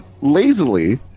Lazily